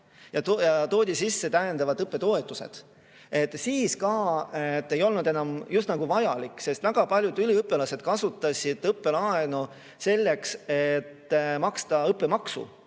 ja toodi sisse täiendavad õppetoetused, siis ka ei olnud õppelaen enam vajalik. Väga paljud üliõpilased kasutasid õppelaenu selleks, et maksta kinni õppemaks.